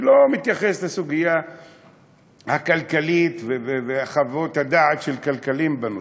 אני לא מתייחס לסוגיה הכלכלית ולחוות הדעת של כלכלנים בנושא,